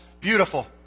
Beautiful